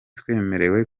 twemerewe